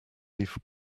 leaf